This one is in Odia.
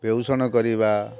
ବେଉଷଣ କରିବା